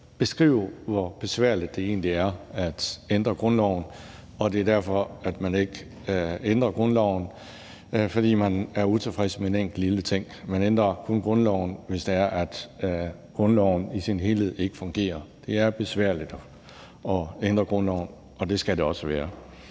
beskrive, hvor besværligt det egentlig er at ændre grundloven, og at det er derfor, at man ikke ændrer grundloven, fordi der er utilfredshed med en enkelt lille ting. Man ændrer kun grundloven, hvis det er, at grundloven i sin helhed ikke fungerer. Det er besværligt at ændre grundloven, og det skal det også være.